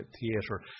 Theatre